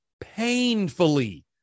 painfully